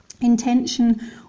intention